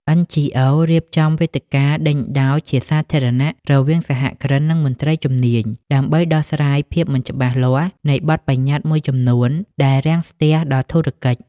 NGOs រៀបចំវេទិកាដេញដោលជាសាធារណៈរវាងសហគ្រិន និងមន្ត្រីជំនាញ ដើម្បីដោះស្រាយភាពមិនច្បាស់លាស់នៃបទប្បញ្ញត្តិមួយចំនួនដែលរាំងស្ទះដល់ធុរកិច្ច។